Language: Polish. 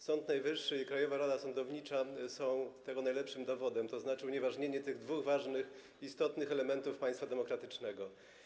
Sąd Najwyższy i Krajowa Rada Sądownictwa są tego najlepszym dowodem, tzn. unieważnienie tych dwóch ważnych, istotnych elementów państwa demokratycznego.